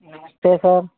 नमस्ते सर